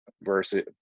versus